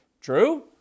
true